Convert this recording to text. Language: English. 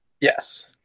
Yes